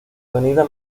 avenida